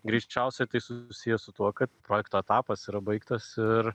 greičiausiai tai susiję su tuo kad projekto etapas yra baigtas ir